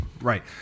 Right